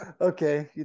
Okay